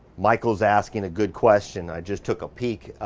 michael's asking a good question. i just took a peak.